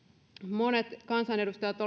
monet kansanedustajat